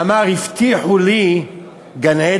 אמר: הבטיחו לי גן-עדן,